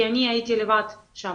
כי אני הייתי לבד שם.